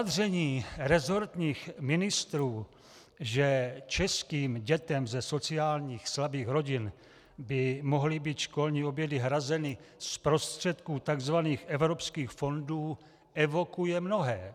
Vyjádření resortních ministrů, že českým dětem ze sociálně slabých rodin by mohly být školní obědy hrazeny z prostředků tzv. evropských fondů, evokuje mnohé.